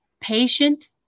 patient